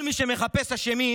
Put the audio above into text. כל מי שמחפש אשמים,